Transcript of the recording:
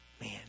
Man